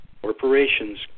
corporations